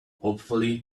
hopefully